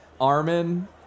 Armin